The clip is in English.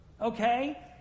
Okay